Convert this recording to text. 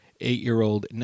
eight-year-old